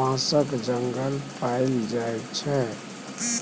बाँसक जंगल पाएल जाइ छै